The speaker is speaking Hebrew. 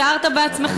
וגם תיארת בעצמך,